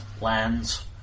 lands